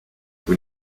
vous